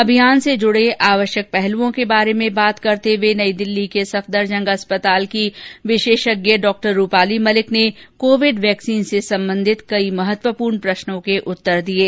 अभियान से जुड़े आवश्यक पहलुओं के बारे में बात करते हये नई दिल्ली के सफदरजंग अस्पताल की डॉ रूपाली मलिक ने कोविड वैक्सिन से संबंधित कई महत्वपूर्ण प्रश्नों के उत्तर दिये